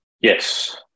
Yes